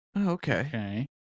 Okay